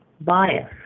bias